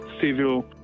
civil